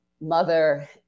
mother